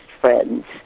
friends